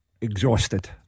Exhausted